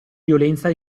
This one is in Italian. violenza